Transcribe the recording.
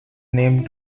name